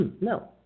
no